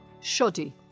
Shoddy